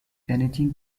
anything